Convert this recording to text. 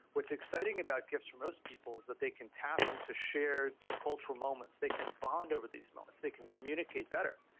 what's exciting about gifs for most people is they can tap into shared cultural moments, they can bond over these moments, they can communicate better.